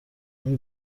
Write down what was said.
اون